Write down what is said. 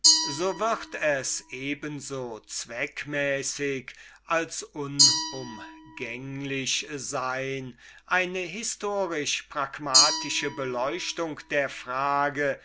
so wird es eben so zweckmäßig als unumgänglich sein eine historisch pragmatische beleuchtung der frage